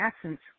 essence